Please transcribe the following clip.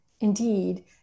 indeed